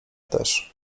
też